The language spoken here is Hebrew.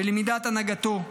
בלמידת הנהגתו,